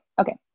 okay